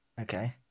Okay